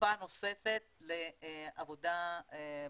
כשפה נוספת לעבודה בנושא,